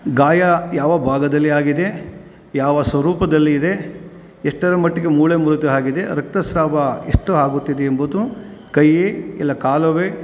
ಗಾಯ ಯಾವ ಭಾಗದಲ್ಲಿ ಆಗಿದೆ ಯಾವ ಸ್ವರೂಪದಲ್ಲಿ ಇದೆ ಎಷ್ಟರ ಮಟ್ಟಿಗೆ ಮೂಳೆ ಮುರಿತ ಆಗಿದೆ ರಕ್ತಸ್ರಾವ ಎಷ್ಟು ಆಗುತ್ತಿದೆ ಎಂಬುದು ಕೈ ಇಲ್ಲ ಕಾಲವೇ